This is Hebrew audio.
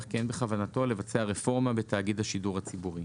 כי אין בכוונתו לבצע רפורמה בתאגיד השידור הציבורי'.